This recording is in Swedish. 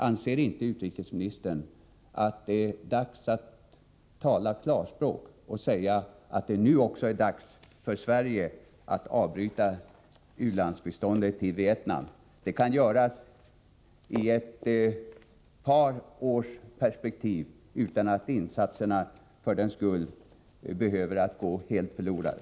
Anser inte utrikesministern att det är dags att tala klarspråk och säga att det nu också är dags för Sverige att avbryta u-landsbiståndet till Vietnam? Det kan göras i ett par års perspektiv utan att insatserna för den skull behöver gå helt förlorade.